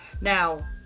Now